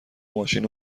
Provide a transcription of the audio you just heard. ماشین